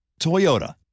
Toyota